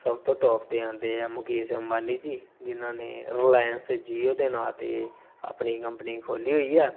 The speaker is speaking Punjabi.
ਸਭ ਤੋਂ ਟੋਪ 'ਤੇ ਆਉਂਦੇ ਆ ਮੁਕੇਸ਼ ਅੰਬਾਨੀ ਜੀ ਜਿਹਨਾਂ ਨੇ ਰਿਲਾਇੰਸ ਜੀਓ ਦੇ ਨਾਮ 'ਤੇ ਆਪਣੀ ਕੰਪਨੀ ਖੋਲ੍ਹੀ ਹੋਈ ਆ